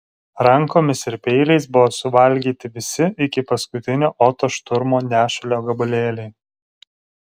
rankomis ir peiliais buvo suvalgyti visi iki paskutinio oto šturmo nešulio gabalėliai